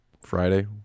Friday